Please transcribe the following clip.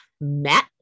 met